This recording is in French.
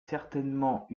certainement